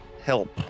help